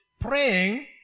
praying